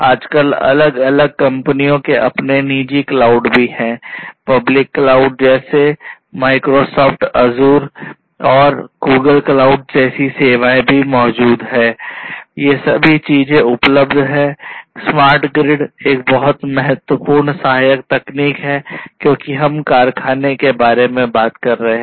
आजकल अलग अलग कंपनियों के अपने निजी क्लाउड भी हैं और पब्लिक क्लाउड जैसे Microsoft azure और Google क्लाउड सेवाएं भी हैं ये सभी चीजें उपलब्ध हैं स्मार्ट ग्रिड एक बहुत महत्वपूर्ण सहायक तकनीक है क्योंकि हम कारखानों के बारे में बात कर रहे हैं